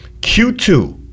Q2